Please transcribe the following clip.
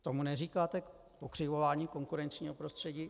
Tomu neříkáte pokřivování konkurenčního prostředí?